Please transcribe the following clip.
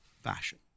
fashion